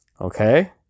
Okay